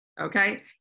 Okay